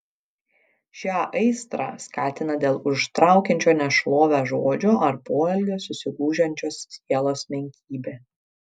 šią aistrą skatina dėl užtraukiančio nešlovę žodžio ar poelgio susigūžiančios sielos menkybė